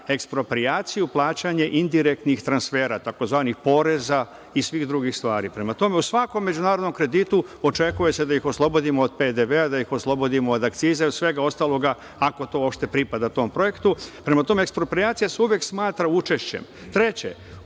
eksproprijaciju plaćanja indirektnih transfera tzv. poreza i svih drugih stvari. U svakom međunarodnom kreditu očekuje se da ih oslobodimo od PDV i da ih oslobodimo od akciza i svega ostalog, ako to uopšte pripada tom projektu. Eksproprijacija se uvek smatra učešćem. Treće,